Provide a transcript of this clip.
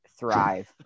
thrive